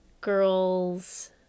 girl's